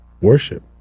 Worship